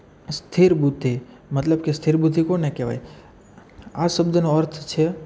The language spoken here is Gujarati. સ્થિર બુદ્ધિ મતલબ કે સ્થિર બુદ્ધિ કોને કહેવાય આ શબ્દનો અર્થ છે